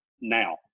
now